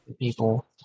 people